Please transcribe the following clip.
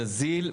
נזיל,